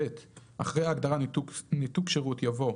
(ב)אחרי ההגדרה "ניתוק שירות" יבוא: